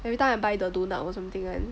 everytime I buy the donut or something [one]